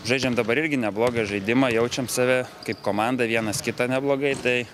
žaidžiam dabar irgi neblogą žaidimą jaučiam save kaip komanda vienas kitą neblogai tai